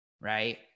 Right